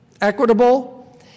equitable